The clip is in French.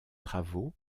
travaux